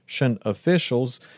officials